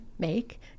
make